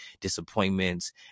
disappointments